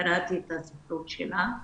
קראתי את הספרות שלה,